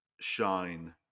shine